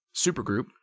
supergroup